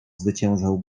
zwyciężał